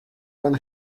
when